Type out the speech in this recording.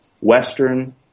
Western